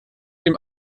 dem